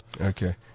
Okay